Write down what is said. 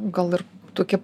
gal ir tokie